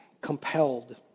compelled